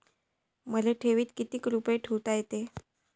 मले ठेवीत किती रुपये ठुता येते?